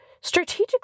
strategically